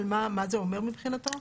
מה זה אומר מבחינתו?